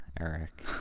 Eric